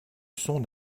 son